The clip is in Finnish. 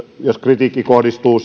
jos kritiikki kohdistuu